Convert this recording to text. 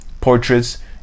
portraits